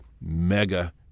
mega-